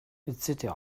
etc